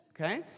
okay